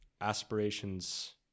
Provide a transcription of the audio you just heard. aspirations